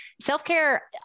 self-care